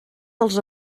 dels